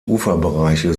uferbereiche